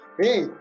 Hey